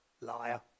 Liar